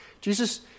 Jesus